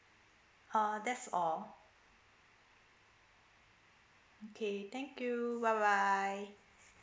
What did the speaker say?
uh that's all okay thank you bye bye